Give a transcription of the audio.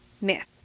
Myth